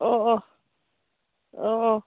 ꯑꯣ ꯑꯣ ꯑꯣ ꯑꯣ